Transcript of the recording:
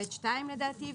ב(2) לדעתי,